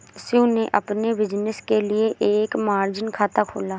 शिव ने अपने बिज़नेस के लिए एक मार्जिन खाता खोला